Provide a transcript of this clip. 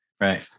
Right